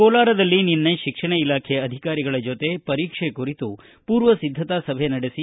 ಕೋಲಾರದಲ್ಲಿ ನಿನ್ನೆ ಶಿಕ್ಷಣ ಇಲಾಖೆಯ ಅಧಿಕಾರಿಗಳ ಜೊತೆ ಪರೀಕ್ಷೆ ಕುರಿತ ಮೂರ್ವ ಸಿದ್ದತಾ ಸಭೆ ನಡೆಸಿ